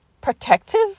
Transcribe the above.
protective